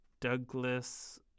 Douglas